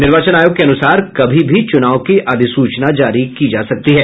निर्वाचन आयोग के अनूसार कभी भी चूनाव की अधिसूचना जारी हो सकती है